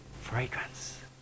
fragrance